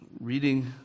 reading